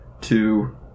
two